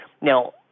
Now